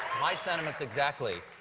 my sentiments exactly.